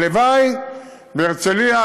הלוואי בהרצליה,